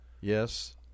Yes